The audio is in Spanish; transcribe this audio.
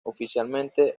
oficialmente